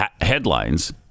headlines